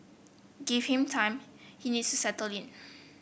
give him time he needs to settle in